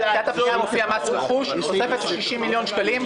בפנייה מופיע מס רכוש בתוספת של 60 מיליון שקלים.